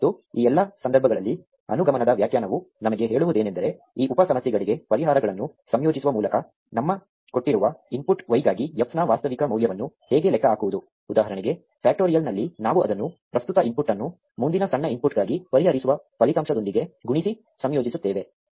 ಮತ್ತು ಈ ಎಲ್ಲಾ ಸಂದರ್ಭಗಳಲ್ಲಿ ಅನುಗಮನದ ವ್ಯಾಖ್ಯಾನವು ನಮಗೆ ಹೇಳುವುದೇನೆಂದರೆ ಈ ಉಪ ಸಮಸ್ಯೆಗಳಿಗೆ ಪರಿಹಾರಗಳನ್ನು ಸಂಯೋಜಿಸುವ ಮೂಲಕ ನಮ್ಮ ಕೊಟ್ಟಿರುವ ಇನ್ಪುಟ್ y ಗಾಗಿ f ನ ವಾಸ್ತವಿಕ ಮೌಲ್ಯವನ್ನು ಹೇಗೆ ಲೆಕ್ಕ ಹಾಕುವುದು ಉದಾಹರಣೆಗೆ ಫ್ಯಾಕ್ಟರಿಯಲ್ನಲ್ಲಿ ನಾವು ಅದನ್ನು ಪ್ರಸ್ತುತ ಇನ್ಪುಟ್ ಅನ್ನು ಮುಂದಿನ ಸಣ್ಣ ಇನ್ಪುಟ್ಗಾಗಿ ಪರಿಹರಿಸುವ ಫಲಿತಾಂಶದೊಂದಿಗೆ ಗುಣಿಸಿ ಸಂಯೋಜಿಸುತ್ತೇವೆ